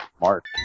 Mark